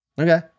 Okay